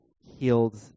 healed